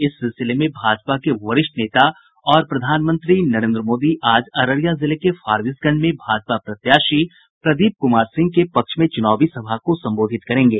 इस सिलसिले में भाजपा के वरिष्ठ नेता और प्रधानमंत्री नरेन्द्र मोदी आज अररिया जिले के फारबिसगंज में भाजपा प्रत्याशी प्रदीप कुमार सिंह के पक्ष में चुनावी सभा को संबोधित करेंगे